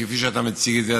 כפי שאתה מציג את זה,